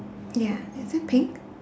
ya is it pink